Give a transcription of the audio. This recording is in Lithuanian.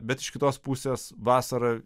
bet iš kitos pusės vasara